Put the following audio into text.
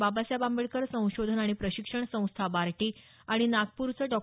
बाबासाहेब आंबेडकर संशोधन आणि प्रशिक्षण संस्था बार्टी आणि नागप्रचं डॉ